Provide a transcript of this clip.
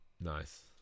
nice